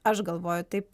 aš galvoju taip